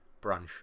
branch